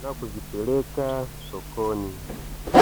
na kuzipeleka sokoni.